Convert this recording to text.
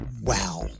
Wow